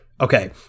okay